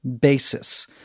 basis